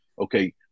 okay